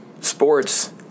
sports